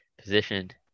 Positioned